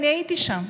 אני הייתי שם,